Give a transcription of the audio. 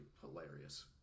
hilarious